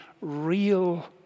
real